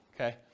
okay